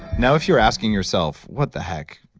now, if you're asking yourself what the heck?